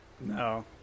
No